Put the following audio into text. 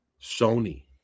Sony